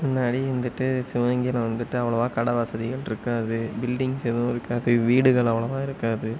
முன்னாடி வந்துவிட்டு சிவகங்கையில் வந்துவிட்டு அவ்வளோவா கடை வசதிகள் இருக்காது பில்டிங்ஸ் எதுவும் இருக்காது வீடுகள் அவ்வளோவா இருக்காது